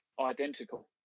identical